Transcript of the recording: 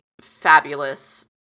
fabulous